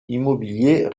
immobilier